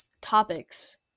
topics